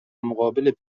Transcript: مقابل